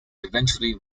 eventually